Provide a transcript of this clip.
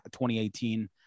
2018